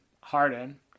Harden